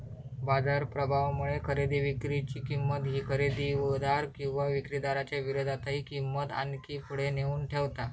बाजार प्रभावामुळे खरेदी विक्री ची किंमत ही खरेदीदार किंवा विक्रीदाराच्या विरोधातही किंमत आणखी पुढे नेऊन ठेवता